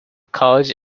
college